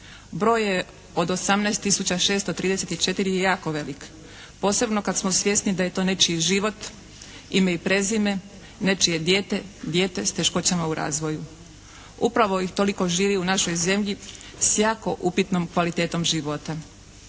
Broj je od 18634 je jako velik, posebno kad smo svjesni da je to nečiji život, ime i prezime, nečije dijete, dijete s teškoćama u razvoju. Upravo ih toliko živi u našoj zemlji s jako upitnom kvalitetom života.